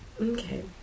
Okay